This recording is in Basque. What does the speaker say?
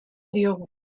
diogu